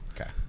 Okay